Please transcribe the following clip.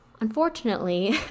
Unfortunately